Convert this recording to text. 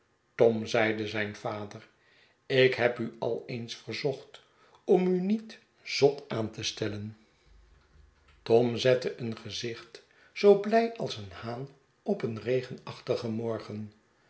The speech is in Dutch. tom zeide zijn vader ik heb u al eens verzocht om u niet zot aan te stelschetsen van boz len tom zette een gezicht zoo blij als een haan op een regenachtigen morgen